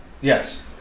Yes